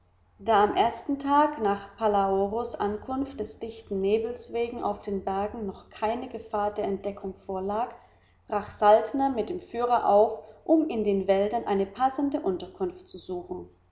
da am ersten tag nach palaoros ankunft des dichten nebels wegen auf den bergen noch keine gefahr der entdeckung vorlag brach saltner mit dem führer auf um in den wäldern eine passende unterkunft zu suchen